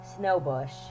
Snowbush